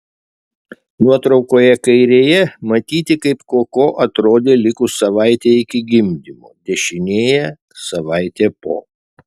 nuotraukoje kairėje matyti kaip koko atrodė likus savaitei iki gimdymo dešinėje savaitė po